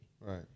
Right